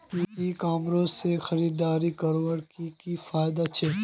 ई commerce से खरीदारी करवार की की फायदा छे?